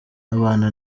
abana